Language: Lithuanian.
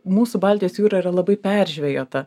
mūsų baltijos jūra yra labai peržvejota